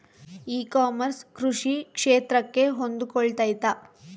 E commerce ಕೃಷಿ ಕ್ಷೇತ್ರಕ್ಕೆ ಹೊಂದಿಕೊಳ್ತೈತಾ?